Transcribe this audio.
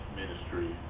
ministry